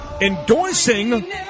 endorsing